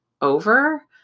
over